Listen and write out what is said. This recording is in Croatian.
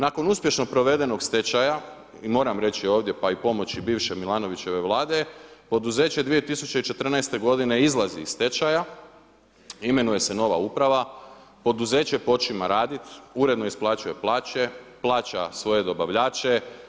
Nakon uspješno provedenog stečaja, moram reći ovdje pa i pomoći bivše Milanovićeve vlade, poduzeće 2014. godine izlazi iz stečaja, imenuje se nova uprava, poduzeće počima raditi, uredno isplaćuje plaće, plaća svoje dobavljače.